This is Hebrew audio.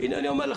הנה אני אומר לך.